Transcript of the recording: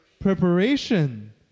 preparation